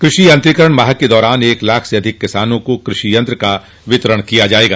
कृषि यंत्रीकरण माह के दौरान एक लाख से अधिक किसानों को कृषि यंत्र का वितरण किया जाएगा